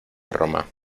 roma